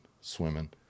swimming